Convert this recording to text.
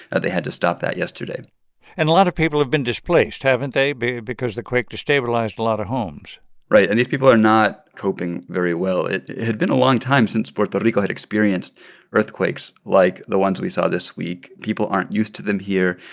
they had to stop that yesterday and a lot of people have been displaced, haven't they? because the quake destabilized a lot of homes right, and these people are not coping very well. it had been a long time since puerto rico had experienced earthquakes like the ones we saw this week. people aren't used to them here,